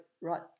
right